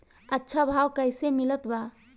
अच्छा भाव कैसे मिलत बा?